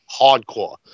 hardcore